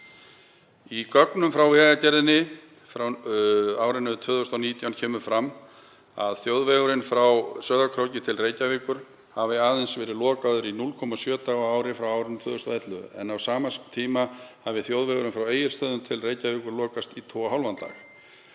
Í gögnum frá Vegagerðinni frá árinu 2019 kemur fram að þjóðvegurinn frá Sauðárkróki til Reykjavíkur hafi aðeins verið lokaður í 0,7 daga á ári frá árinu 2011 en á sama tíma hafi þjóðvegurinn frá Egilsstöðum til Reykjavíkur lokast í 2,5 daga